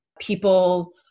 People